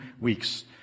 weeks